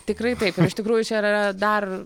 tikrai taip ir iš tikrųjų čia ir yra dar